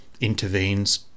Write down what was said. intervenes